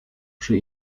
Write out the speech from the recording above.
przy